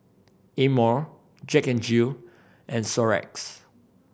Amore Jack N Jill and Xorex